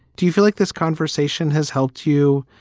do you feel like this conversation has helped you,